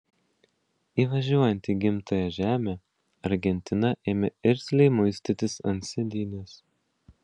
įvažiuojant į gimtąją žemę argentina ėmė irzliai muistytis ant sėdynės